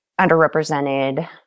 underrepresented